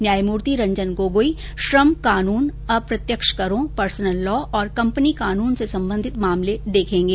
न्यायमूर्ति रंजन गोगोई श्रम कानून अप्रत्यक्ष करों पर्सनल लॉ और कंपनी कानून से संबंधित मामले देखेंगे